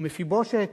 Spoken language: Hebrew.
ומפיבושת,